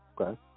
Okay